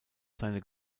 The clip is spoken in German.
seine